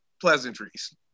pleasantries